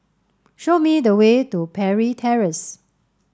show me the way to Parry Terrace